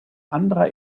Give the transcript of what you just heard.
anderer